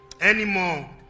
anymore